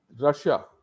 Russia